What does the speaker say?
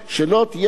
אדוני השר,